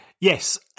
Yes